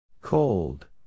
Cold